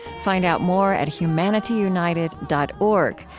find out more at humanityunited dot org,